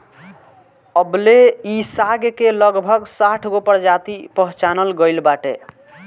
अबले इ साग के लगभग साठगो प्रजाति पहचानल गइल बाटे